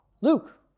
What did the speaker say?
Luke